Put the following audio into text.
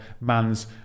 man's